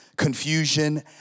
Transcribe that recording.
Confusion